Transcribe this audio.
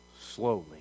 slowly